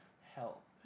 help